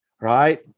right